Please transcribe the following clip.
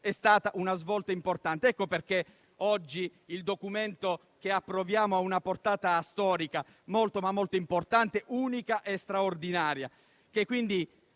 è stata una svolta importante. Ecco perché oggi il documento che approviamo ha una portata storica molto, molto importante, unica e straordinaria,